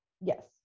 Yes